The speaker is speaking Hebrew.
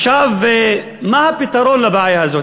עכשיו, מה הפתרון לבעיה הזאת?